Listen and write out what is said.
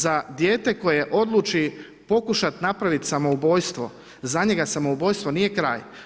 Za dijete koje odluči pokušat napravit samoubojstvo, za njega samoubojstvo nije kraj.